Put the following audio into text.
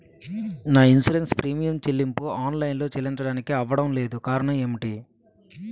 నా insurance premium చెల్లింపు online లో చెల్లించడానికి అవ్వడం లేదు కారణం ఏమిటి?